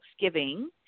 Thanksgiving